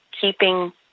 keeping